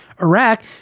Iraq